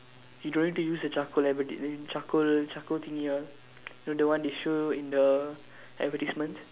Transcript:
you don't need to use the charcoal advertisement the charcoal charcoal thingy all you know the one that show in the advertisements